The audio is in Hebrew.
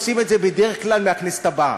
עושים את זה בדרך כלל מהכנסת הבאה.